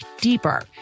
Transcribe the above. deeper